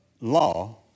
law